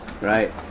right